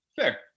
Fair